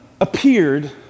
appeared